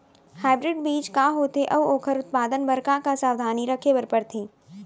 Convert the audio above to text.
Hybrid बीज का होथे अऊ ओखर उत्पादन बर का का सावधानी रखे बर परथे?